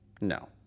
no